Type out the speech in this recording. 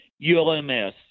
ULMS